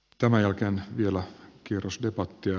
tämän jälkeen vielä kierros debattia